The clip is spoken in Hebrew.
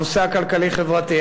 הנושא הכלכלי-חברתי.